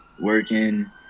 working